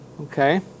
Okay